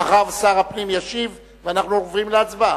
אחריו שר הפנים ישיב, ואנחנו עוברים להצבעה.